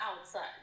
outside